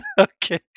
okay